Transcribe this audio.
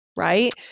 Right